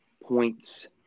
points